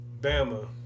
Bama